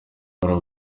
bwari